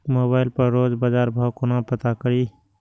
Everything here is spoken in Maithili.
मोबाइल पर रोज बजार भाव कोना पता करि?